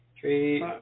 three